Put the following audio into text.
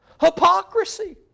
Hypocrisy